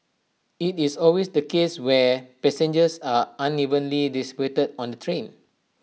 IT is always the case where passengers are unevenly distributed on the train